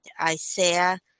Isaiah